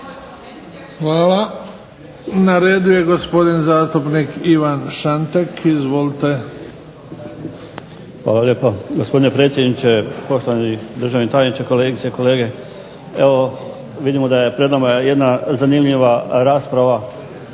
Hvala. Na redu je gospodin zastupnik Ivan Šantek. Izvolite. **Šantek, Ivan (HDZ)** Hvala lijepa. Gospodine predsjedniče, poštovani državni tajniče, kolegice i kolege zastupnici. Evo vidimo da je pred nama jedna zanimljiva rasprava